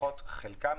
לפחות חלקן,